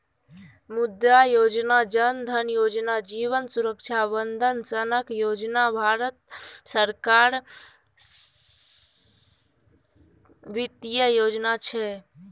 मुद्रा योजना, जन धन योजना, जीबन सुरक्षा बंदन सनक योजना भारत सरकारक बित्तीय योजना छै